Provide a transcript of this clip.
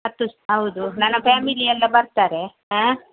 ಹತ್ತು ಹೌದು ನನ್ನ ಫ್ಯಾಮಿಲಿ ಎಲ್ಲ ಬರ್ತಾರೆ ಹಾಂ